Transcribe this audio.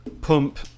pump